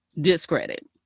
discredit